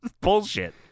Bullshit